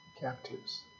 Captives